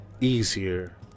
easier